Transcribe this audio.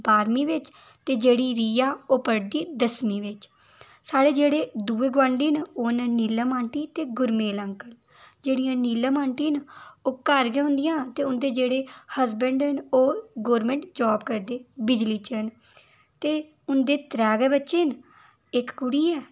बाह्रमीं बिच्च ते जेह्ड़ी रिया ओह् पढ़दी दसमीं बिच्च साढ़ै जेह्ड़े दूए गोआंढी न ओह् न नीलम आंटी ते गुरमैल अंकल जेह्ड़ियां नीलम आंटी न ओह् घर गै होन्दियां ते उं'दे जेह्ड़े हस्बैंड न ओह् गोरमेंट जॉब करदे बिजली च न ते उं'दे त्रै गै बच्चे न इक कुड़ी ऐ